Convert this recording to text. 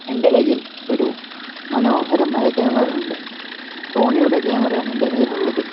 എൻ്റെ കൈയ്യിൽ ഒരു മനോഹരമായ ക്യാമറ ഉണ്ട് സോണിയുടെ ക്യാമറ ആണ് എൻ്റെ കൈയ്യിൽ ഉള്ളത്